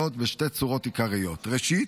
זאת, בשתי צורות עיקריות: ראשית,